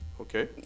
okay